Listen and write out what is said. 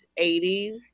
80s